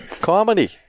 Comedy